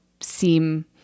seem